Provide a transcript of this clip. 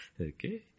Okay